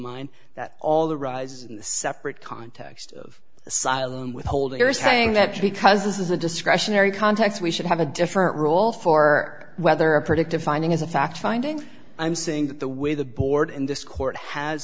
mind that all the rises in the separate context of asylum withholding are saying that because this is a discretionary context we should have a different role for whether a predictive finding is a fact finding i'm saying that the way the board in this court has